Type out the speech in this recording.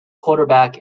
quarterback